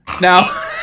Now